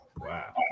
Wow